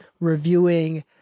reviewing